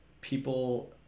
people